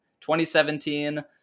2017